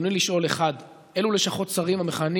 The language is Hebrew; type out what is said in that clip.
רצוני לשאול: 1. אילו לשכות שרים המכהנים